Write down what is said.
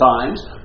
times